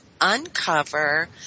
uncover